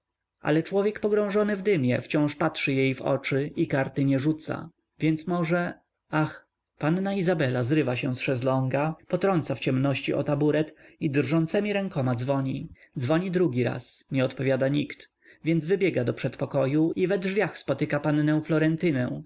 ale człowiek pogrążony w dymie wciąż patrzy jej w oczy i karty nie rzuca więc może ach panna izabela zrywa się z szesląga potrąca w ciemności o taburet i drżącemi rękoma dzwoni dzwoni drugi raz nie odpowiada nikt więc wybiega do przedpokoju i we drzwiach spotyka pannę